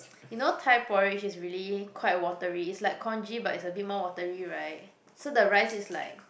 you know Thai porridge is really quite watery it's like congee but it's a bit more watery right so the rice is like